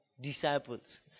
disciples